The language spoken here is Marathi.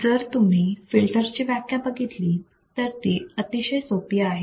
जर तुम्ही फिल्टरची व्याख्या बघितली तर ती अतिशय सोपी आहे